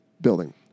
building